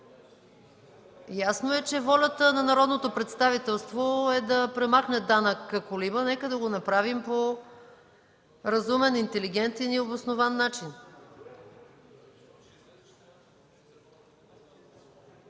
Ясно е, че волята народното представителство е да премахне „данък колиба”. Нека да го направим по-разумен, интелигентен и обоснован начин.